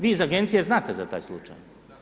Vi iz agencije znate za taj slučaj.